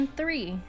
three